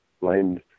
blind